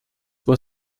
were